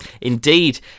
Indeed